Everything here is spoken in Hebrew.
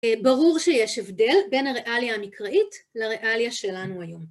ברור שיש הבדל בין הריאליה המקראית לריאליה שלנו היום.